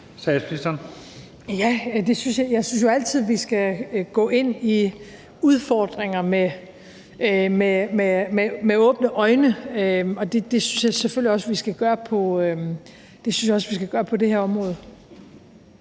jeg synes jo altid, at vi skal gå ind i udfordringer med åbne øjne, og det synes jeg selvfølgelig også at vi skal gøre på det her område.